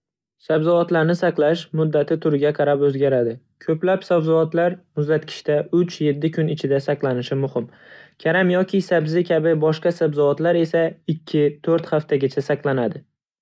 Sabzavotlarni saqlash muddati turiga qarab o'zgaradi. Ko'plab sabzavotlar muzlatgichda uch-yetti kun ichida saqlanishi mumkin. Karam yoki sabzi kabi boshqa sabzavotlar esa ikki-to'rt haftagacha saqlanadi.